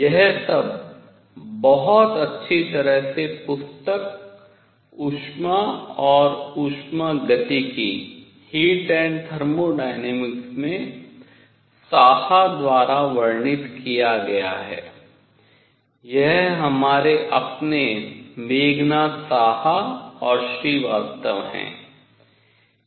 यह सब बहुत अच्छी तरह से पुस्तक ऊष्मा और उष्मागतिकी में साहा द्वारा वर्णित किया गया है यह हमारे अपने मेघनाथ साहा और श्रीवास्तव हैं